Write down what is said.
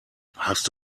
hast